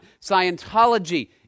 Scientology